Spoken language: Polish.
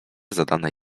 zadane